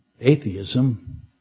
Atheism